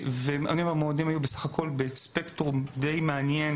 המועמדים היו בסך הכול בספקטרום די מעניין